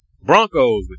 Broncos